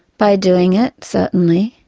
by doing it, certainly.